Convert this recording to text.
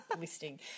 listing